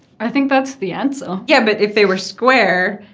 i think that's the answer. yeah, but if they were square,